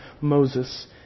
Moses